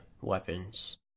weapons